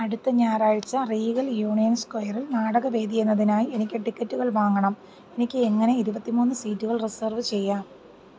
അടുത്ത ഞായറാഴ്ച Regal Union സ്ക്വയറിൽ നാടകവേദി എന്നതിനായി എനിക്ക് ടിക്കറ്റുകൾ വാങ്ങണം എനിക്ക് എങ്ങനെ ഇരുപത്തി മൂന്ന് സീറ്റുകൾ റിസർവ് ചെയ്യാം